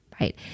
right